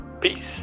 Peace